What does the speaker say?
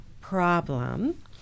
problem